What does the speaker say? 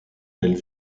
elles